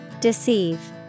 Deceive